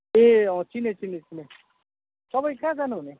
ए अँ चिने चिने चिने तपाईँ कहाँ जानुहुने